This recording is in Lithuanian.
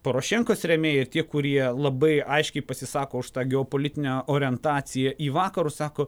porošenkos rėmėjai ir tie kurie labai aiškiai pasisako už tą geopolitinę orientaciją į vakarus sako